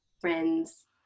friends